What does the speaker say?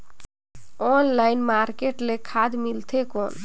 Online market ले खाद मिलथे कौन?